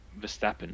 Verstappen